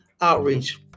outreach